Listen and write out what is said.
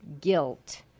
guilt